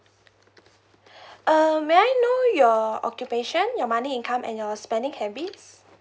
uh may I know your occupation your monthly income and your spending habits